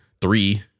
three